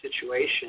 situation